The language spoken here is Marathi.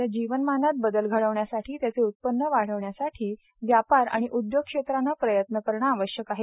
त्यामुळे त्याच्या जीवनमानात बदल घडविण्यासाठी त्याचे उत्पन्न वाढविण्यासाठी व्यापार आणि उद्योग क्षेत्राने प्रयत्न करणे आवश्यक आहेत